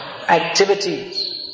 activities